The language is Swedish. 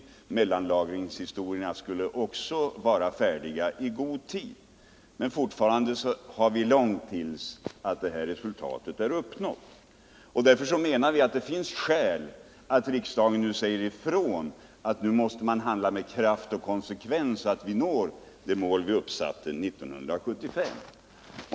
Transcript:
Också när det gäller mellanlagringen skulle man vara färdig i god tid, men det är fortfarande lång tid kvar till dess att resultatet är uppnått. Därför menar vi att det finns skäl för riksdagen att nu säga ifrån, att man måste handla med kraft och konsekvens, så att vi verkligen når det mål som vi uppsatte 1975.